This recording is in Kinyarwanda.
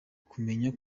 kumenya